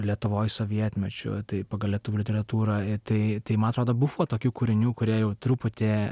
lietuvoj sovietmečiu tai pagal lietuvių literatūrą ir tai tai man atrodo buvo tokių kūrinių kurie jau truputį